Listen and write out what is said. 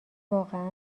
واقعا